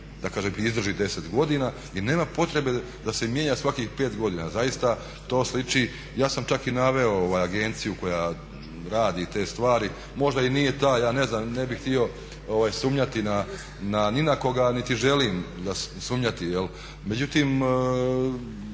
da kažem izdrži 10 godina i nema potrebe da se mijenja svakih 5 godina. Zaista to sliči, ja sam čak i naveo agenciju koja radi te stvari. Možda i nije ta, ja ne znam, ne bih htio sumnjati ni na koga niti želim sumnjati jel' međutim